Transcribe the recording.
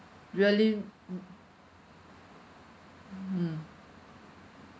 really mm hmm